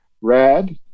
RAD